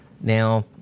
Now